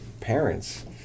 parents